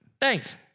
Thanks